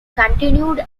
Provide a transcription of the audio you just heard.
continued